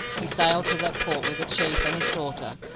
he sailed to that port with the chief and his daughter,